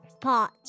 pot